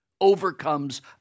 overcomes